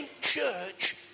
church